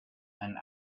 and